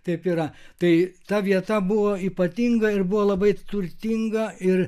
taip yra tai ta vieta buvo ypatinga ir buvo labai turtinga ir